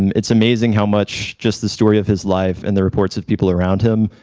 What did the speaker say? it's amazing how much just the story of his life and the reports of people around him,